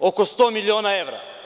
oko 100 miliona evra.